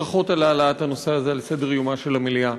ברכות על העלאת הנושא הזה על סדר-יומה של המליאה,